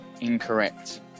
Incorrect